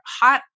hot